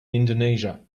indonesia